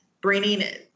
bringing